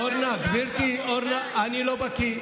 גברתי, אורנה, אני לא בקיא.